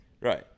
Right